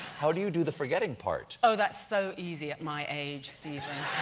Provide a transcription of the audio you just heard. how do you do the forgetting part? oh, that's so easy at my age, stephen.